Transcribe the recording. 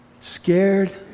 scared